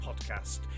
podcast